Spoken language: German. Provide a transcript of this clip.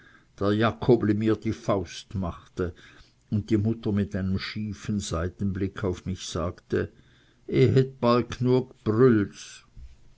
der jakobli mir die faust machte und die mutter mit einem schiefen seitenblick auf mich sagte i hätt bald gnue brüels